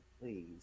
please